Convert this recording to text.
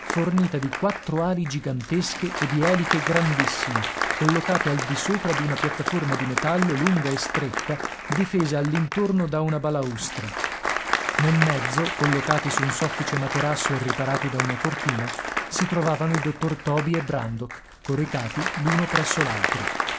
fornita di quattro ali gigantesche e di eliche grandissime collocate al di sopra di una piattaforma di metallo lunga e stretta difesa all'intorno da una balaustra nel mezzo collocati su un soffice materasso e riparati da una cortina si trovavano il dottor toby e brandok coricati l'uno presso